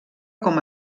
com